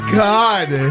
god